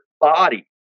body